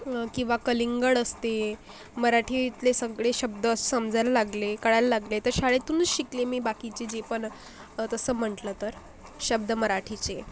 किंवा कलिंगड असते मराठीतले सगळे शब्द समजायला लागले कळायला लागले तर शाळेतूनच शिकले मी बाकीचे जे पण अ तसं म्हटलं तर शब्द मराठीचे